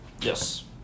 Yes